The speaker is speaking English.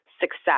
success